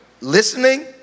Listening